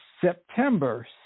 September